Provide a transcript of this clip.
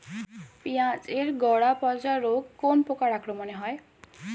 পিঁয়াজ এর গড়া পচা রোগ কোন পোকার আক্রমনে হয়?